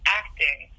acting